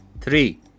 Three